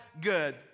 good